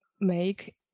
make